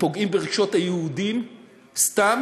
פוגעים ברגשות היהודים סתם